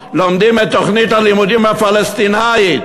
לומדים את תוכנית הלימודים הפלסטינית,